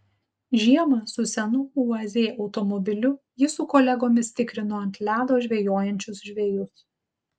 žiemą su senu uaz automobiliu jis su kolegomis tikrino ant ledo žvejojančius žvejus